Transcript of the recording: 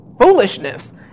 foolishness